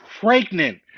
pregnant